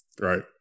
Right